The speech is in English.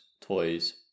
toys